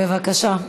בבקשה.